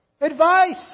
advice